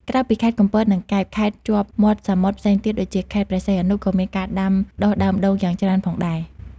ក្រៅពីខេត្តកំពត និងកែប ខេត្តជាប់មាត់សមុទ្រផ្សេងទៀតដូចជា ខេត្តព្រះសីហនុ ក៏មានការដាំដុះដើមដូងយ៉ាងច្រើនផងដែរ។